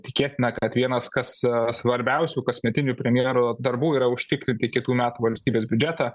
tikėtina kad vienas kas svarbiausių kasmetinių premjero darbų yra užtikrinti kitų metų valstybės biudžetą